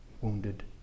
wounded